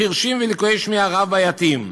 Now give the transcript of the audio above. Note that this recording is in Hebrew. חירשים ולקויי שמיעה רב-בעייתיים,